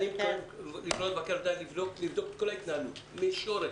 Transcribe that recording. אני מתכוון לפנות למבקר המדינה בבקשה לבדוק את כל ההתנהלות מן השורש,